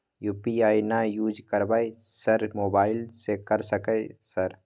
UPI ना use करवाएं sir mobile से कर सके सर?